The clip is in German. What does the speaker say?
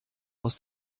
aus